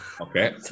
Okay